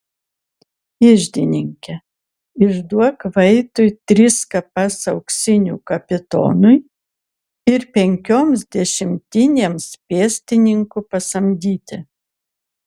iždininke išduok vaitui tris kapas auksinų kapitonui ir penkioms dešimtinėms pėstininkų pasamdyti